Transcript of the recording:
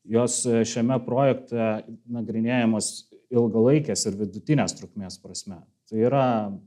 jos šiame projekte nagrinėjamos ilgalaikės ir vidutinės trukmės prasme tai yra